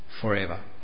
forever